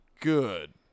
good